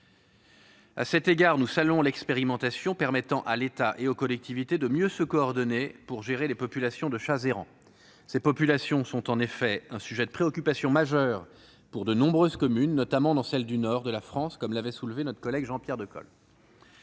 À cet égard, nous saluons l'expérimentation permettant à l'État et aux collectivités de mieux se coordonner pour gérer les populations de chats errants. Ces populations sont en effet un sujet de préoccupation majeure pour de nombreuses communes, notamment dans le nord de la France, comme l'avait indiqué notre collègue Jean-Pierre Decool.